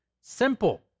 Simple